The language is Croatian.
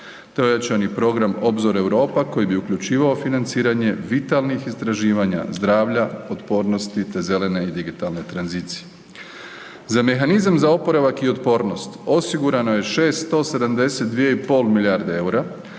te ojačani program „Obzor Europa“ koji bi uključivao financiranje vitalnih istraživanja zdravlja, otpornosti te zelene i digitalne tranzicije. Za mehanizam za oporavak i otpornost osigurano je 672,5 milijarde eura